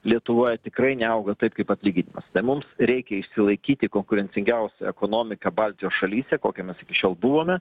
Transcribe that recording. lietuvoje tikrai neauga taip kaip atlyginimas tai mums reikia išsilaikyti konkurencingiausia ekonomika baltijos šalyse kokia mes iki šiol buvome